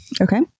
Okay